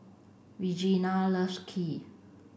Regena loves Kheer